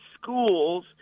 schools